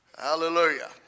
Hallelujah